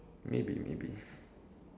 maybe maybe